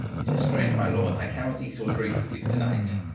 it is strange, my lord, i cannot eat or drink with you, to-night.